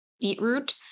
beetroot